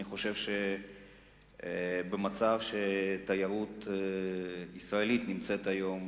אני חושב שבמצב שהתיירות הישראלית נמצאת בו היום,